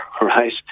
right